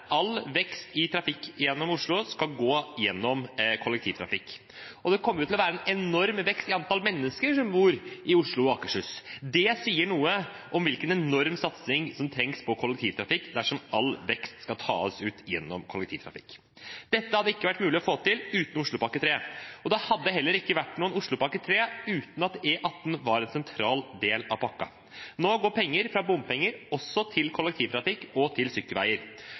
all vekst i trafikk gjennom Oslo skal skje gjennom kollektivtrafikk, og det kommer til å være en enorm vekst i antall mennesker som bor i Oslo og Akershus. Det sier noe om hvilken enorm satsing som trengs i kollektivtrafikken dersom all vekst skal tas gjennom kollektivtrafikk. Dette hadde det ikke vært mulig å få til uten Oslopakke 3, og det hadde heller ikke vært noen Oslopakke 3 uten at E18 var en sentral del av pakken. Nå går penger fra bompengeordningen også til kollektivtrafikk og til sykkelveier.